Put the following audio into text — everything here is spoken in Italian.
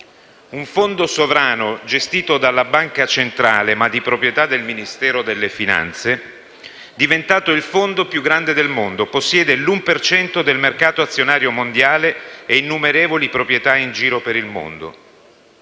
un fondo sovrano gestito dalla banca centrale, ma di proprietà del Ministero delle finanze, diventato il fondo più grande del mondo, che possiede l'1 per cento del mercato azionario mondiale e innumerevoli proprietà in giro per il mondo.